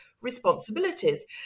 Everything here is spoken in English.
responsibilities